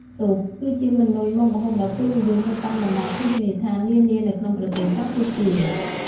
ស៊ុបគឺជាម៉ឺនុយមុខម្ហូបដ៏ពេញនិយមនៅតាមបណ្តាភោជនីយដ្ឋាននានានៅក្នុងប្រទេសកម្ពុជា។